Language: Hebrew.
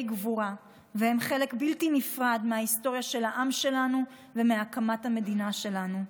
גבורה והם חלק בלתי נפרד מההיסטוריה של העם שלנו ומהקמת המדינה שלנו.